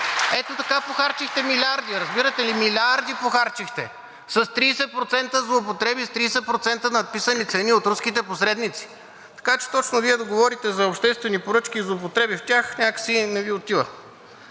Ето така похарчихте милиарди, разбирате ли? Милиарди похарчихте с 30% злоупотреби, с 30% надписани цени от руските посредници. Така че точно Вие да говорите за обществени поръчки и злоупотреба в тях, някак не Ви отива.